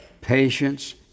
patience